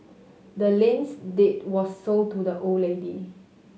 the land's deed was sold to the old lady